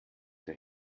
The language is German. der